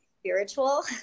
spiritual